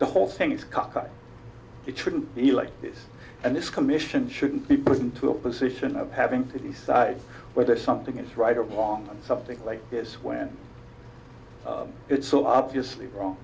the whole thing to come it shouldn't be like this and this commission shouldn't be put into a position of having to decide whether something is right or wrong on something like this when it's so obviously wrong